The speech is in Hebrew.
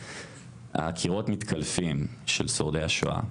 הקירות מתקלפים של שורדי השואה.